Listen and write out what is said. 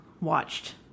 watched